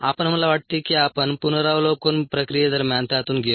आपण मला वाटते की आपण पुनरावलोकन प्रक्रियेदरम्यान त्यातून गेलो